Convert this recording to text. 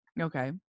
Okay